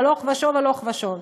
הלוך ושוב, הלוך ושוב.